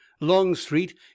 Longstreet